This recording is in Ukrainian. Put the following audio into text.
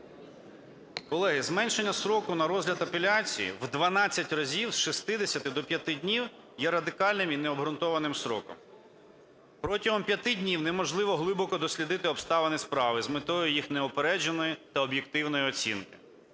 Колеги, зменшення строку на розгляд апеляції в 12 разів, з 60 до 5 днів, є радикальним і необґрунтованим строком. Протягом 5 днів неможливо глибоко дослідити обставини справи з метою їх неупередженої та об'єктивної оцінки.